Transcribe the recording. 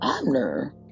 Abner